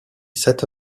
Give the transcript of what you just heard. set